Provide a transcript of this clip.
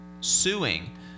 suing